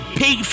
pay